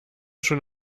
schon